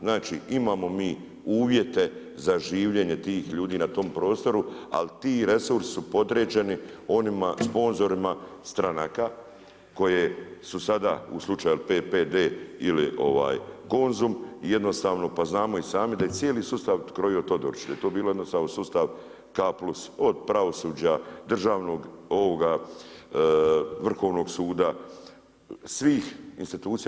Znači imamo mi uvjete za življenje tih ljudi na tom prostoru ali ti resursi su podređeni onima sponzorima stranaka koje su sada u slučaju jel' PPD ili je Konzum jednostavno pa znamo i sami da je cijeli sustav krojio Todorić, da je to bio jednostavno sustav K+ od pravosuđa državnog, ovoga Vrhovnog suda, svih institucija.